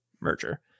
merger